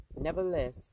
Nevertheless